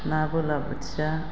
ना बालाबोथिया